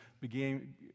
began